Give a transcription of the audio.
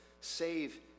save